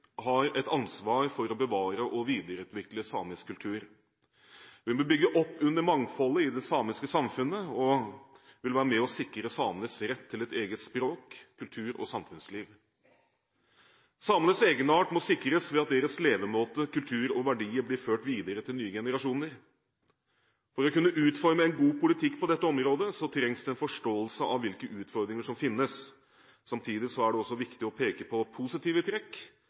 har et ansvar for å bevare og videreutvikle samisk kultur. Vi må bygge opp under mangfoldet i det samiske samfunnet og vil være med og sikre samenes rett til et eget språk, kultur og samfunnsliv. Samenes egenart må sikres ved at deres levemåte, kultur og verdier blir ført videre til nye generasjoner. For å kunne utforme en god politikk på dette området trengs det en forståelse av hvilke utfordringer som finnes. Samtidig er det viktig å peke på positive trekk,